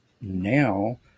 now